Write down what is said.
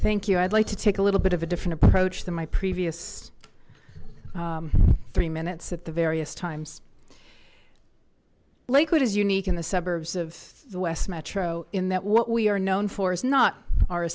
thank you i'd like to take a little bit of a different approach than my previous three minutes at the various times lakewood is unique in the suburbs of the west metro in that what we are known for is not our